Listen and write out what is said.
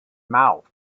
mouth